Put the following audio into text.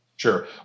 Sure